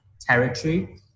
territory